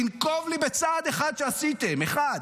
תנקוב לי בצעד אחד שעשיתם, אחד,